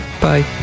Bye